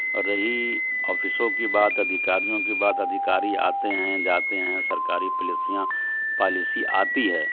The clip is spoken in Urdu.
اور رہی آفسوں کی بات ادھیکاریوں کی بات ادھیکاری آتے ہیں جاتے ہیں سرکاری پلیسیاں پالیسی آتی ہے